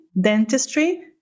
dentistry